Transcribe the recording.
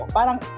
Parang